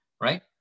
Right